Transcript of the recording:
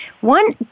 one